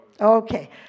Okay